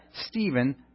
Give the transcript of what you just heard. Stephen